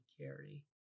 carry